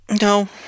No